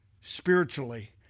spiritually